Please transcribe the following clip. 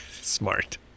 Smart